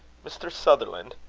mr. sutherland,